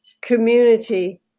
community